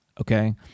okay